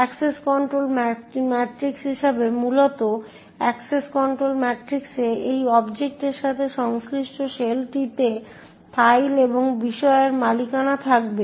access control matrix হিসাবে মূলত access control ম্যাট্রিক্সে এই অবজেক্টের সাথে সংশ্লিষ্ট সেলটিতে ফাইল এবং বিষয়ের মালিকানা থাকবে